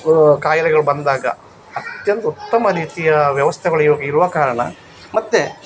ಕಾಯಿಲೆಗಳು ಬಂದಾಗ ಅತ್ಯಂತ ಉತ್ತಮ ರೀತಿಯ ವ್ಯವಸ್ಥೆಗಳು ಇವಾಗ ಇರುವ ಕಾರಣ ಮತ್ತು